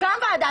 תוקם וועדה,